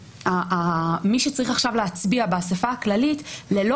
מי שצריך עכשיו להצביע באספה הכללית ללא